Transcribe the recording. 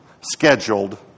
scheduled